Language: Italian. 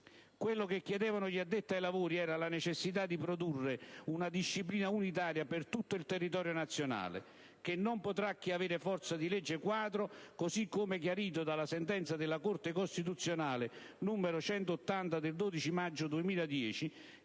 Quello che chiedevano gli addetti ai lavori era di produrre una necessaria disciplina unitaria per tutto il territorio nazionale, che non potrà che avere forza di legge quadro, così come chiarito dalla sentenza della Corte costituzionale n. 180 del 12 maggio 2010,